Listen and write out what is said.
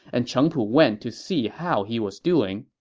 and cheng pu went to see how he was doing.